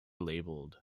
labelled